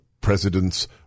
President's